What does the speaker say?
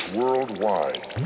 worldwide